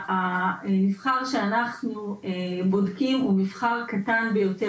המבחר שאנחנו בודקים הוא מבחר קטן ביותר,